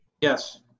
Yes